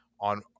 on